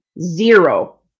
zero